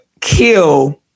kill